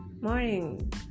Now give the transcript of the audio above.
morning